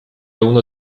uno